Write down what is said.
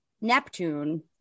Neptune